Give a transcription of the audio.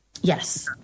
yes